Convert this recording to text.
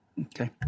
Okay